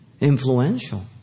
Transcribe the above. Influential